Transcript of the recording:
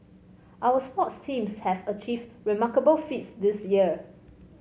our sports teams have achieved remarkable feats this year